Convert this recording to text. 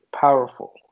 powerful